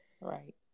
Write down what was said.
Right